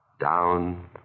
down